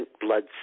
blood